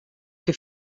che